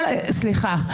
סליחה,